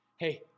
Hey